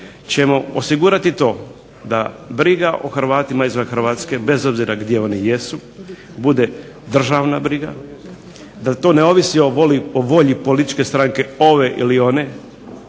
ćemo osigurati to da briga o Hrvatima izvan Hrvatske, bez obzira gdje oni jesu, bude državna briga, da to ne ovisi o volji političke stranke ove ili one